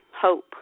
hope